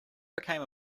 became